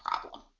problem